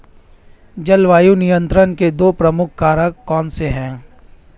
जलवायु नियंत्रण के दो प्रमुख कारक कौन से हैं?